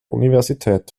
universität